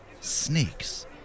Snakes